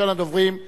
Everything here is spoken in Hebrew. ראשון הדוברים,